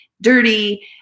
dirty